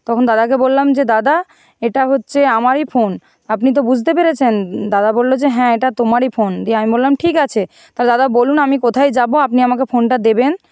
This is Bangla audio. তখন দাদাকে বললাম যে দাদা এটা হচ্ছে আমারই ফোন আপনি তো বুঝতে পেরেছেন দাদা বললো যে হ্যাঁ এটা তোমারই ফোন দিয়ে আমি বললাম ঠিক আছে তা দাদা বলুন আমি কোথায় যাবো আপনি আমাকে ফোনটা দেবেন